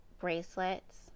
Bracelets